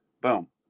boom